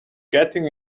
getting